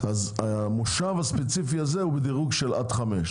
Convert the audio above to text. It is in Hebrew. אז המושב הספציפי הזה נגיד בדירוג עד 5,